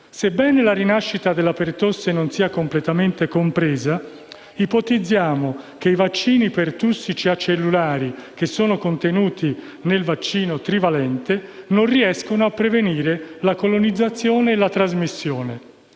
Sebbene la rinascita della pertosse non sia completamente compresa, ipotizziamo che i vaccini pertussici acellulari, contenuti nel vaccino trivalente, non riescono a prevenire la colonizzazione e la trasmissione.